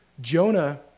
Jonah